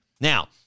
Now